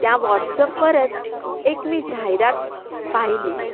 त्या व्हॉट्सअपवरच एक मी जाहिरात पाहिली